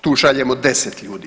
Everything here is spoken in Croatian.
Tu šaljemo 10 ljudi.